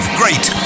great